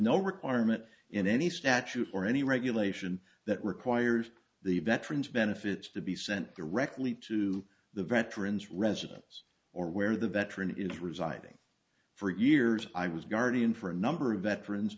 no requirement in any statute or any regulation that requires the veterans benefits to be sent directly to the veterans residence or where the veteran is residing for years i was guardian for a number of veterans